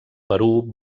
perú